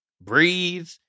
breathe